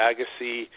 Agassi